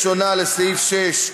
סתיו שפיר,